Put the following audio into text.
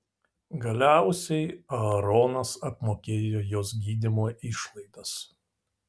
galiausiai aaronas apmokėjo jos gydymo išlaidas